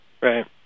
Right